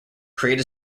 create